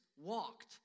walked